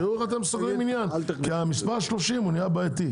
תראו איך אתם סוגרים עניין כי המספר 30 נהיה בעייתי.